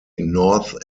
north